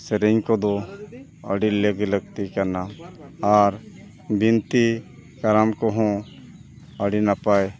ᱥᱮᱨᱮᱧ ᱠᱚᱫᱚ ᱟᱹᱰᱤ ᱞᱮᱜᱽ ᱞᱟᱹᱠᱛᱤ ᱠᱟᱱᱟ ᱟᱨ ᱵᱤᱱᱛᱤ ᱠᱟᱨᱟᱢ ᱠᱚᱦᱚᱸ ᱟᱹᱰᱤ ᱱᱟᱯᱟᱭ